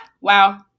Wow